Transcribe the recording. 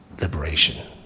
liberation